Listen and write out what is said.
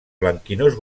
blanquinós